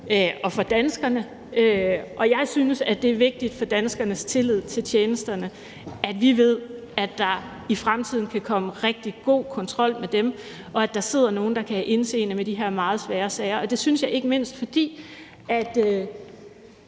og for danskerne. Jeg synes, det er vigtigt for danskernes tillid til tjenesterne, at vi ved, at der i fremtiden kan komme rigtig god kontrol med dem, og at der sidder nogle, der kan have indseende med de her meget svære sager. Det synes jeg ikke mindst, fordi